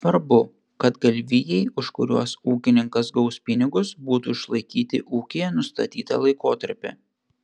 svarbu kad galvijai už kuriuos ūkininkas gaus pinigus būtų išlaikyti ūkyje nustatytą laikotarpį